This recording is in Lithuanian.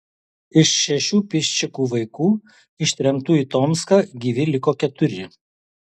iš šešių piščikų vaikų ištremtų į tomską gyvi liko keturi